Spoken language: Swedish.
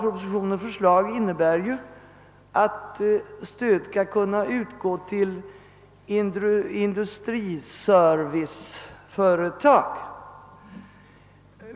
Propositionsförslaget innebär att stöd skall kunna utgå till industriserviceföretag.